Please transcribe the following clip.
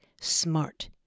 Smart